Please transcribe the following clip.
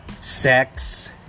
Sex